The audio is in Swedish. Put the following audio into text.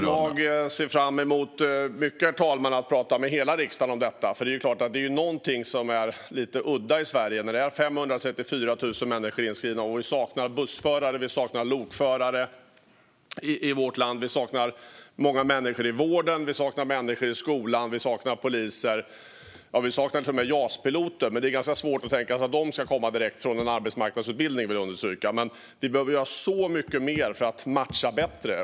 Herr talman! Jag ser mycket fram emot att prata med hela riksdagen om detta. Det är klart att det är någonting som är lite udda i Sverige när det är 534 000 människor inskrivna på Arbetsförmedlingen samtidigt som vi saknar bussförare, vi saknar lokförare, vi saknar många människor i vården, vi saknar människor i skolan och vi saknar poliser. Vi saknar till och med Jas-piloter. Men jag vill understryka att det är ganska svårt att tänka sig att de ska komma direkt från en arbetsmarknadsutbildning. Vi behöver göra så mycket mer för att matcha bättre.